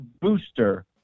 booster